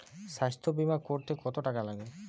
স্বাস্থ্যবীমা করতে কত টাকা লাগে?